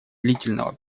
длительного